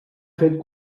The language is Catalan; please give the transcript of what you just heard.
fet